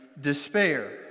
despair